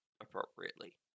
appropriately